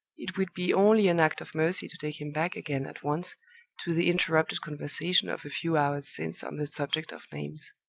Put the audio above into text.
it would be only an act of mercy to take him back again at once to the interrupted conversation of a few hours since on the subject of names.